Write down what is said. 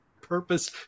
purpose